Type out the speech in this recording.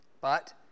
but